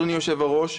אדוני היושב-ראש,